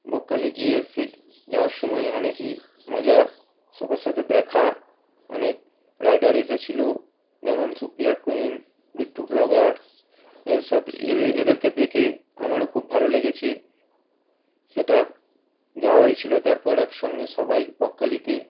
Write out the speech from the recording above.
বকখালি গিয়ে সে যাওয়ার সময় অনেকই মজা সবার সাথে দেখা অনেক রাইডার এসেছিল যেমন সুপিরিয়ার কুইন বিট্টু ব্লগার্স এদের সাথে এদের এদেরকে দেখে আমারও খুব ভালো লেগেছে সেটা যাওয়া হয়েছিল তারপর একসঙ্গে সবাই বকখালিতে